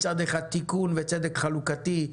מצד אחד תיקון וצדק חלוקתי,